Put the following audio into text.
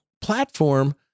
platform